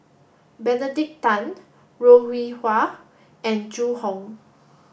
Benedict Tan Ho Rih Hwa and Zhu Hong